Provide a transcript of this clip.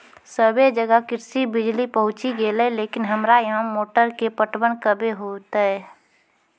सबे जगह कृषि बिज़ली पहुंची गेलै लेकिन हमरा यहाँ मोटर से पटवन कबे होतय?